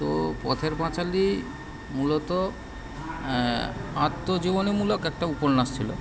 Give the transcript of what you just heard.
তো পথের পাঁচালী মূলত আত্মজীবনীমূলক একটা উপন্যাস ছিল